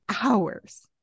hours